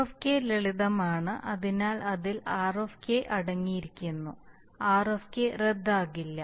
e ലളിതമാണ് അതിനാൽ അതിൽ r അടങ്ങിയിരിക്കുന്നു r റദ്ദാക്കില്ല